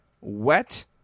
wet